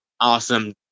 awesome